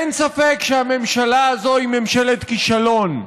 אין ספק שהממשלה הזאת היא ממשלת כישלון.